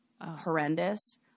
horrendous